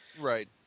Right